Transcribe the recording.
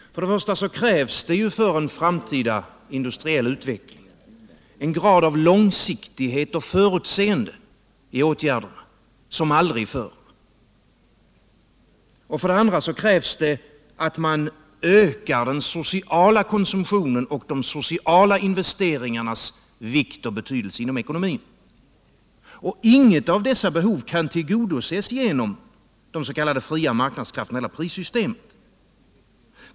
För det första krävs det för en framtida industriell utveckling en grad av långsiktighet och förutseende i åtgärderna som aldrig förr. För det andra krävs det att man ökar den sociala konsumtionen och de sociala investeringarnas vikt och betydelse inom ekonomin. Inget av dessa behov tillgodoses genom de s.k. fria marknadskrafterna i prissystemet.